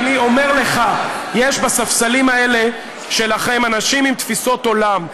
אני אומר לך: יש בספסלים האלה שלכם אנשים עם תפיסות עולם,